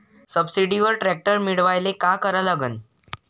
सबसिडीवर ट्रॅक्टर मिळवायले का करा लागन?